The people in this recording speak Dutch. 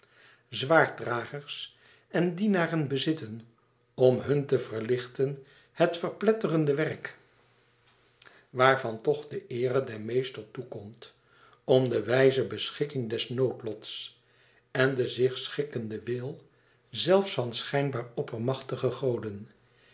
zwaarddragers en dienaren bezitten om hun te verlichten het verpletterende werk waarvan toch de eere den meester toe komt om de wijze beschikking des noodlots en de zich schikkende wil zelfs van schijnbaar oppermachtige goden